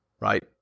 right